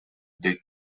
дейт